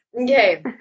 okay